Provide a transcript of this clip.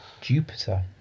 Jupiter